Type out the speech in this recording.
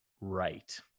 right